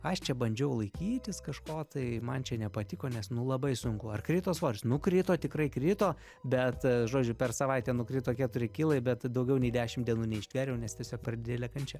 aš čia bandžiau laikytis kažko tai man čia nepatiko nes nu labai sunku ar krito svoris nukrito tikrai krito bet žodžiu per savaitę nukrito keturi kilai bet daugiau nei dešim dienų neištvėriau nes tiesiog per didelė kančia